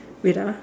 wait ah